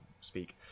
speak